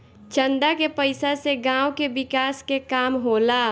चंदा के पईसा से गांव के विकास के काम होला